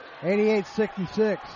88-66